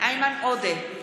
איימן עודה,